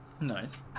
Nice